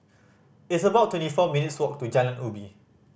it's about twenty four minutes' walk to Jalan Ubi